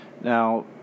Now